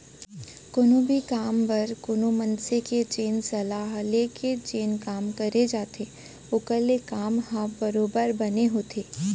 कोनो भी काम बर कोनो मनसे के जेन सलाह ले के जेन काम करे जाथे ओखर ले काम ह बरोबर बने होथे